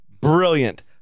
brilliant